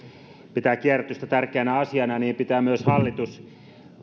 pitää kierrätystä tärkeänä asiana niin pitää myös hallitus